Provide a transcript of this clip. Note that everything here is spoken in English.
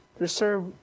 reserve